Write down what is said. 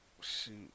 Shoot